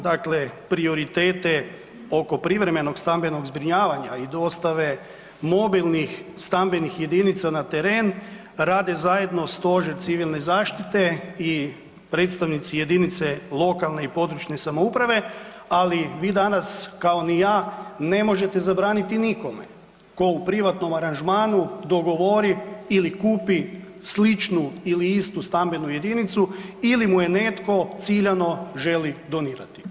Dakle, prioritete oko privremenog stambenog zbrinjavanja i dostave mobilnih stambenih jedinica n teren, radi zajedno Stožer civilne zaštite i predstavnici jedinice lokalne i područne samouprave ali vi danas kao ni ja ne možete zabraniti nikome ko u privatnom aranžmanu dogovori ili kupi sličnu ili istu stambenu jedinicu ili mu je netko ciljano želi donirati.